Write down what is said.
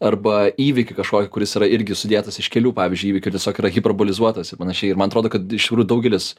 arba įvykį kažkokį kuris yra irgi sudėtas iš kelių pavyzdžiui įvykių ir tiesiog yra hiperbolizuotas ir panašiai ir man atrodo kad iš tikrųjų daugelis